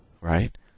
right